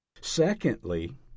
Secondly